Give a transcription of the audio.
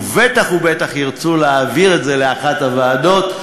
וודאי ודאי ירצו להעביר את זה לאחת הוועדות,